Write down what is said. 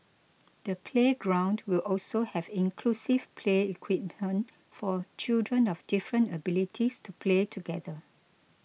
the playground will also have inclusive play equipment for children of different abilities to play together